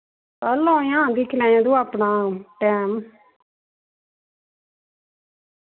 कल औयां दिक्खी लैयां तू अपना टैम